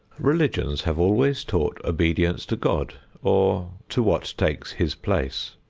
religions have always taught obedience to god or to what takes his place.